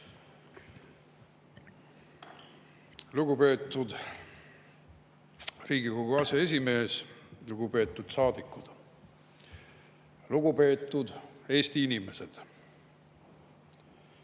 Lugupeetud Riigikogu aseesimees! Lugupeetud saadikud! Lugupeetud Eesti inimesed!